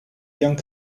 young